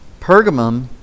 Pergamum